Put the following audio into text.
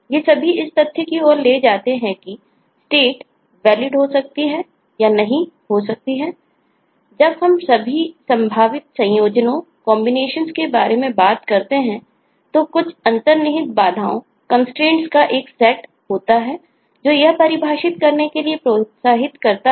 ये सभी इस तथ्य की ओर ले जाते हैं कि स्टेट क्या है